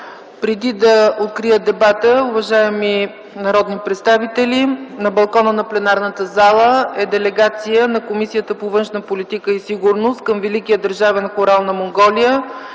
Преди да открия дебата, уважаеми народни представители, на балкона на пленарната зала е делегация на Комисията по външна политика и сигурност към Великия държавен Хурал на Монголия,